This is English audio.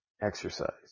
exercise